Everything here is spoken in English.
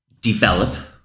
develop